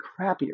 crappier